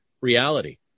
reality